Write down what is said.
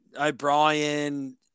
O'Brien